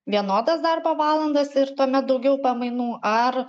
vienodas darbo valandas ir tuomet daugiau pamainų ar